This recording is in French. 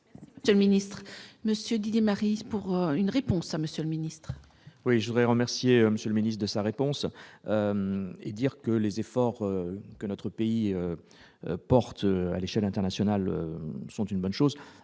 avancer. Le ministre, monsieur Didier Marie, pour une réponse à Monsieur le Ministre. Oui, je voudrais remercier monsieur le ministre, de sa réponse et dire que les efforts que notre pays porte à l'échelle internationale sont une bonne chose,